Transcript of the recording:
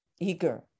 eager